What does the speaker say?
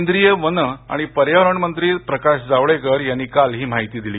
केंद्रीय वन आणि पर्यावरण मंत्री प्रकाश जावडेकर यांनी काल ही माहिती दिली